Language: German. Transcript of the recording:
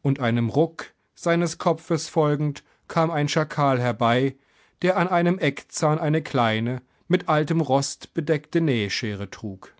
und einem ruck seines kopfes folgend kam ein schakal herbei der an einem eckzahn eine kleine mit altem rost bedeckte nähschere trug